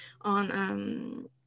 on